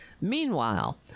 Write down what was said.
Meanwhile